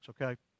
okay